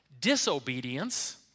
Disobedience